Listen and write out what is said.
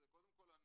קודם כל,